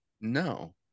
No